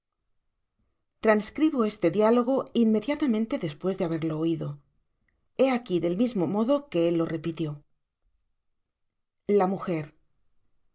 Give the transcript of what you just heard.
transcribo este diálogo inmediatamente despues de haberlo oido hé aqui del mismo modo que él lo repitio